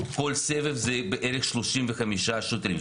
כל סבב זה בערך 35 שוטרים,